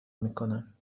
میکنم